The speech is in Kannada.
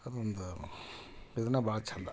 ಅದೊಂದು ಇದನ್ನು ಭಾಳ ಚೆಂದ